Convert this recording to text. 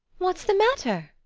what's the matter?